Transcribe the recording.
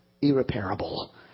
irreparable